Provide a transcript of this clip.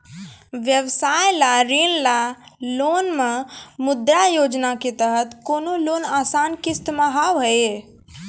व्यवसाय ला ऋण या लोन मे मुद्रा योजना के तहत कोनो लोन आसान किस्त मे हाव हाय?